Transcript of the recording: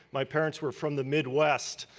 my parents were from the midwest.